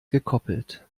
gekoppelt